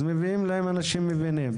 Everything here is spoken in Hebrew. אז מביאים להם אנשים מבינים.